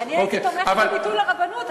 אני הייתי תומכת בביטול הרבנות,